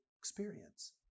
experience